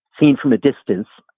seen from a distance,